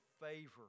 favor